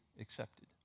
accepted